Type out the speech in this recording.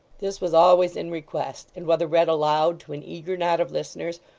this was always in request and whether read aloud, to an eager knot of listeners,